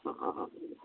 अच्छा